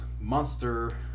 monster